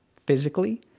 physically